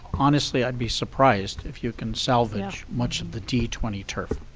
honestly, i'd be surprised if you can salvage much of the d twenty turf.